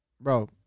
bro